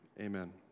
amen